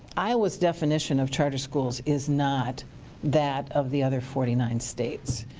iowa's definition of charter schools is not that of the other forty nine states.